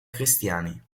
cristiani